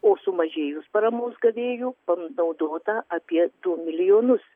o sumažėjus paramos gavėjų panaudota apie du milijonus